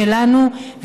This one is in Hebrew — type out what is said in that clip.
שלנו,